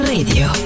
Radio